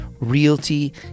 Realty